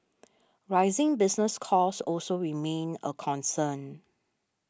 rising business costs also remain a concern